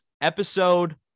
episode